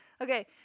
Okay